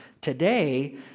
today